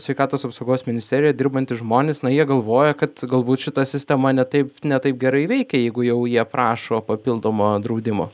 sveikatos apsaugos ministerijoje dirbantys žmonės na jie galvoja kad galbūt šita sistema ne taip ne taip gerai veikia jeigu jau jie prašo papildomo draudimo